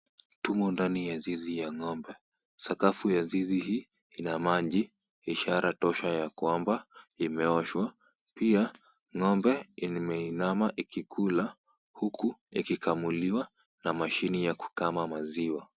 Tumo ndani ya zizi ya ng'ombe. Sakafu ya zizi hii ina maji ishara tosha ya kwamba imeoshwa. Pia ng'ombe imeinama ikikula huku ikikamuliwa na mashini ya kukama maziwa.